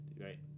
Right